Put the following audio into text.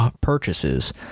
purchases